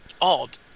odd